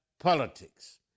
politics